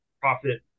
profit